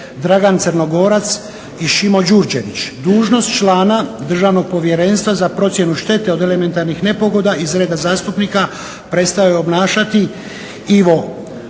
Dragan Crnogorac i Šimo Đurđević. Dužnost člana Državnog povjerenstva za procjenu štete od elementarnih nepogoda iz reda zastupnika prestao je obnašati Ivo